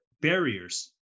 barriers